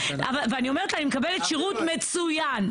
ואני אומרת, אני מקבלת שירות מצוין.